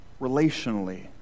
relationally